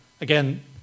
Again